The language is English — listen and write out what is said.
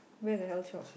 where the health shop